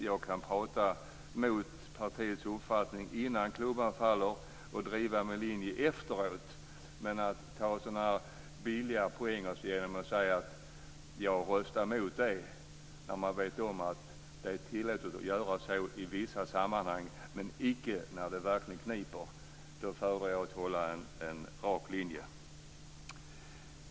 Jag kan prata mot partiets uppfattning innan klubban faller och driva min linje efteråt, men att ta billiga poäng genom att säga att jag röstar mot ett förslag när man vet om att det är tillåtet att göra så i vissa sammanhang men icke när det verkligen kniper vill jag inte. Då föredrar jag att hålla en rak linje.